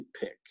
pick